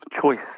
choice